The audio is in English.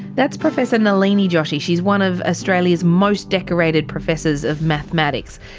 that's professor nalini joshi, she's one of australia's most decorated professors of mathematics.